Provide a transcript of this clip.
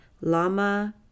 Lama